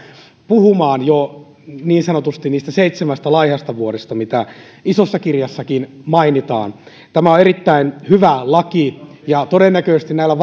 puhumaan jo niin sanotusti niistä seitsemästä laihasta vuodesta mitä isossa kirjassakin mainitaan tämä on erittäin hyvä laki ja todennäköisesti näillä